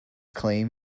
claim